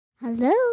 hello